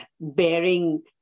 bearing